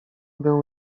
był